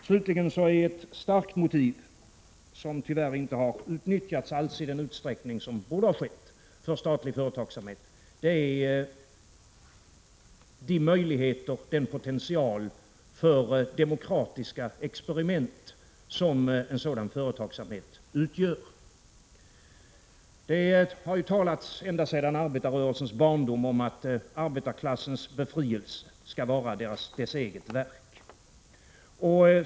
Slutligen vill jag nämna ett starkt motiv för statlig företagsamhet som inte har utnyttjats i den utsträckning som borde ha skett, nämligen den potential för demokratiska experiment som en sådan företagsamhet utgör. Det har ända sedan arbetarrörelsens barndom talats om att arbetarklassens befrielse skall vara dess eget verk.